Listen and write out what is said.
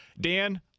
Dan